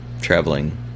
traveling